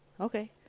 Okay